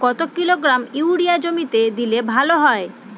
কত kilogram urea জমিতে দিলে ভালো হয়?